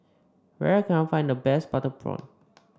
where can I find the best Butter Prawn